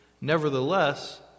Nevertheless